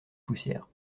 poussières